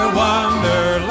wonderland